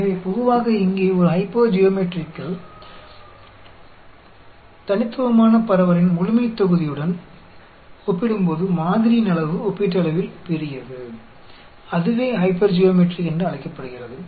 எனவே பொதுவாக இங்கே ஒரு ஹைப்பர்ஜியோமெட்ரிக்கில் தனித்துவமான பரவலின் முழுமைத்தொகுதியுடன் ஒப்பிடும்போது மாதிரியின் அளவு ஒப்பீட்டளவில் பெரியது அதுவே ஹைப்பர்ஜியோமெட்ரிக் என்று அழைக்கப்படுகிறது